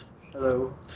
Hello